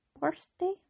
birthday